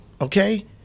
okay